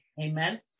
Amen